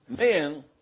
men